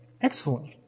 Excellent